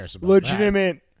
legitimate